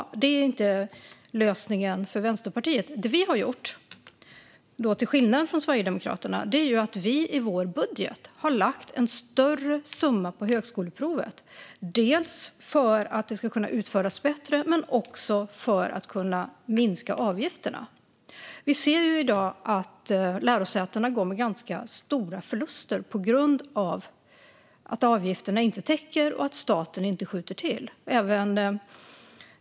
Det anser inte Vänsterpartiet vara lösningen. Det som vi har gjort, till skillnad från Sverigedemokraterna, är att vi i vår budget har lagt en större summa för högskoleprovet för att det ska kunna utföras bättre men också för att kunna minska avgifterna. Vi ser i dag att lärosätena går med ganska stora förluster på grund av att avgifterna inte täcker allt och att staten inte skjuter till medel.